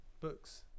books